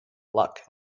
luck